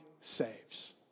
saves